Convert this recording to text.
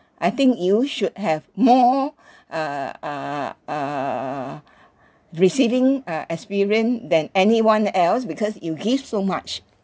I think you should have more uh uh uh err receiving uh experience than anyone else because you give so much